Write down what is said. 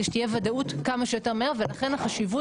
כדי שתהיה ודאות כמה שיותר מהר ולכן החשיבות